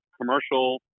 commercial